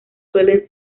suelen